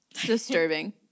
disturbing